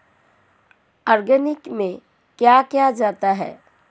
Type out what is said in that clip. Organic में क्या क्या आता है?